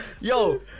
Yo